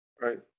right